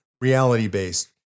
reality-based